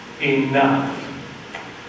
enough